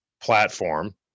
platform